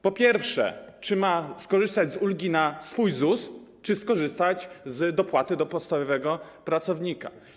Po pierwsze, czy ma skorzystać z ulgi na swój ZUS, czy skorzystać z dopłaty do podstawowego pracownika.